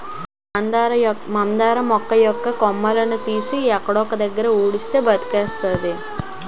మందార మొక్క కొమ్మ తీసి ఇంకొక దగ్గర ఉడిస్తే బతికేస్తాది